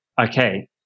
okay